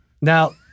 Now